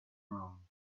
wrong